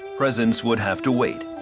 presents would have to wait.